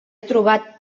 trobat